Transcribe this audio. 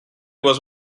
was